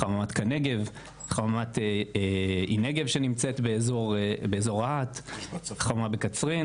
חממת קאנגב שנמצאת באזור רהט, חממה בקצרין